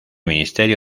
ministerio